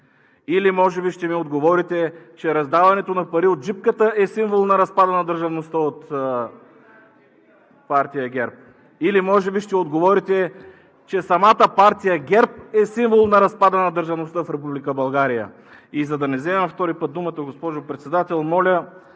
Или може би ще ми отговорите, че раздаването на пари от джипката е символ на разпада на държавността от партия ГЕРБ? Или може би ще отговорите, че самата партия ГЕРБ е символ на разпада на държавността в Република България? За да не вземам втори път думата, госпожо Председател, моля